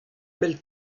mell